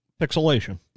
Pixelation